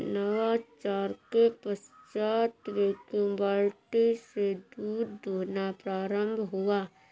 नवाचार के पश्चात वैक्यूम बाल्टी से दूध दुहना प्रारंभ हुआ